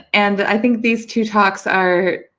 and i think these two talks are,